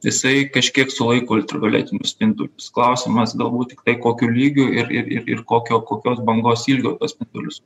jisai kažkiek sulaiko ultravioletinius spindulius klausimas galbūt tiktai kokiu lygiu ir ir ir ir kokio kokios bangos ilgio spindulius